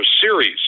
series